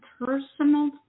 personal